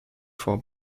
for